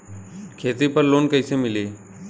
खेती पर लोन कईसे मिली?